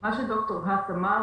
מה שד"ר האס אמר,